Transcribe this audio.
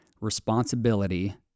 responsibility